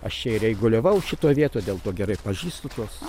aš čia ir eiguliavau šitoj vietoj dėl to gerai pažįstu tuos